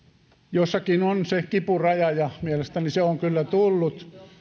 jossakin on se kipuraja ja mielestäni se on kyllä tullut